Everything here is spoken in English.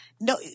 No